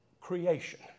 creation